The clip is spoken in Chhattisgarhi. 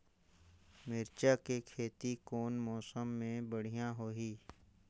मिरचा के खेती कौन मौसम मे बढ़िया होही?